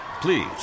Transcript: Please